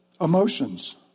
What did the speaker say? Emotions